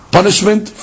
Punishment